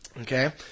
Okay